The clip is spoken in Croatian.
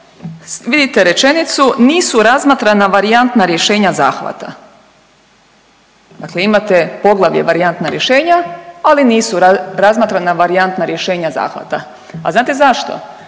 vidite rečenicu nisu razmatrana varijantna rješenja zahvata. Dakle, imate poglavlje varijantna rješenja ali nisu razmatrana varijanta rješenja zahvata. A znate zašto?